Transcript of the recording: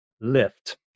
Lift